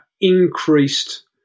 increased